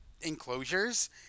enclosures